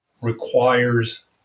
requires